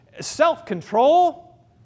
self-control